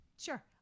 sure